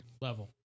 level